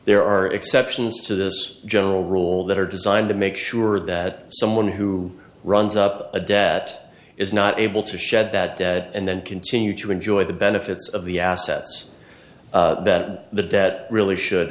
there are exceptions to this general rule that are designed to make sure that someone who runs up a debt is not able to shed that dead and then continue to enjoy the benefits of the assets that the debt really should